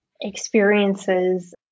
Experiences